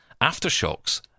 Aftershocks